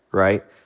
right?